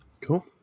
cool